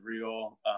real